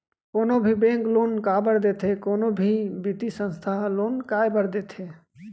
कोनो भी bank loan काबर देथे कोनो भी बित्तीय संस्था ह लोन काय बर देथे?